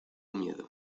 miedo